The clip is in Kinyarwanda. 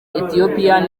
ethiopian